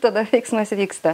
ir tada veiksmas vyksta